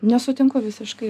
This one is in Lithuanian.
nesutinku visiškai